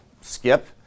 skip